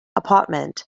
apartment